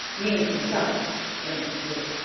means messiah and in greek